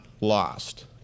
lost